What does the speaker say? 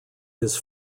his